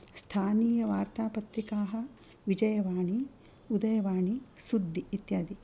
स्थानीयवार्तापत्रिकाः विजयवाणी उदयवाणी सुद्दि इत्यादि